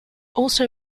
also